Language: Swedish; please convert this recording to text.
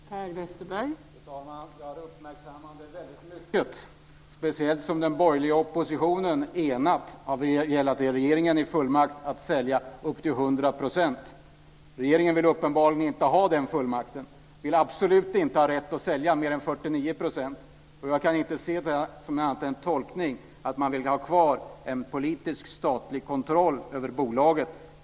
Fru talman! Jag har uppmärksammat väldigt mycket, speciellt att en enad borgerlig opposition var beredd att ge regeringen en fullmakt att sälja upp till 100 %. Regeringen vill uppenbarligen inte ha den fullmakten. Man vill absolut inte ha rätt att sälja mer än 49 %. Jag kan inte tolka det som något annat än att man vill ha kvar en politisk statlig kontroll över bolaget.